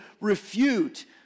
refute